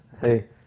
hey